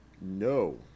No